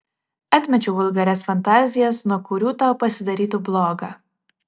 atmečiau vulgarias fantazijas nuo kurių tau pasidarytų bloga